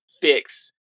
fix